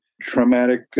traumatic